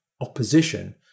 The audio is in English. opposition